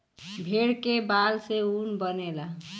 भेड़ के बाल से ऊन बनेला